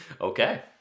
Okay